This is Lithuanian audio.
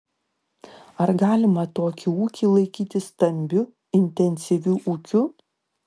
ar galima tokį ūkį laikyti stambiu intensyviu ūkiu